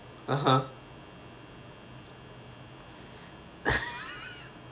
(uh huh)